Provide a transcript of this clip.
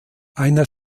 einer